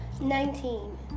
Nineteen